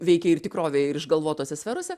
veikia ir tikrovėj ir išgalvotose sferose